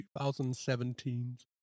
2017's